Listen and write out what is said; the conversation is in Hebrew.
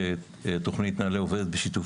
אציין שתוכנית נעל"ה עובדת בשיתוף